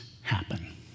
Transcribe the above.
happen